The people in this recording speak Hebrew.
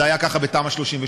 זה היה ככה בתמ"א 38,